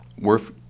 worth